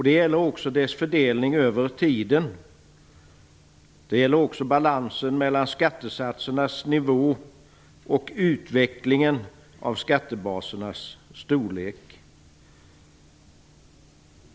Det gäller också dess fördelning över tiden och balansen mellan skattesatsernas nivå och utvecklingen av skattebasernas storlek.